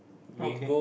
okay